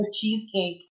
cheesecake